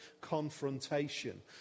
confrontation